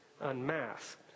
unmasked